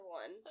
one